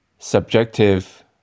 subjective